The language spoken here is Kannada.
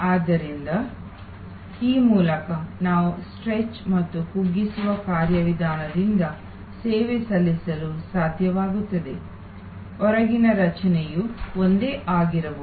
ಆದ್ದರಿಂದ ಈ ಮೂಲಕ ನಾವು ಸ್ಟ್ರೆಚ್ ಮತ್ತು ಕುಗ್ಗಿಸುವ ಕಾರ್ಯವಿಧಾನದಿಂದ ಸೇವೆ ಸಲ್ಲಿಸಲು ಸಾಧ್ಯವಾಗುತ್ತದೆ ಹೊರಗಿನ ರಚನೆಯು ಒಂದೇ ಆಗಿರಬಹುದು